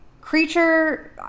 creature